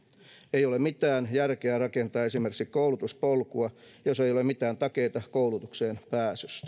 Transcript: ei ole mitään järkeä rakentaa esimerkiksi koulutuspolkua jos ei ole mitään takeita koulutukseen pääsystä